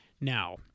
Now